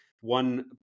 one